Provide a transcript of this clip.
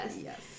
Yes